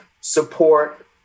support